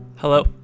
Hello